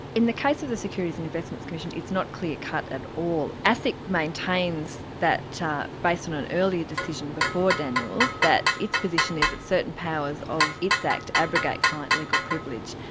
in the case of the securities and investments commission, it's not clear cut at all. asic maintains that based on an earlier decision before daniels, that its position is that certain powers of its act abrogate client legal privilege.